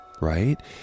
right